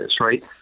right